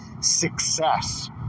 success